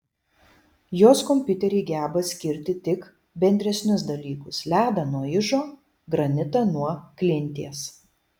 jos kompiuteriai geba skirti tik bendresnius dalykus ledą nuo ižo granitą nuo klinties